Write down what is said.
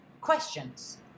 questions